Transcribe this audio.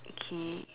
okay